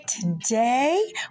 today